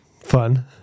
Fun